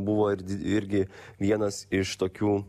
buvo ir irgi vienas iš tokių